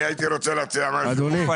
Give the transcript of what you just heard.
ביקשו להוציא את המילה "גופניים".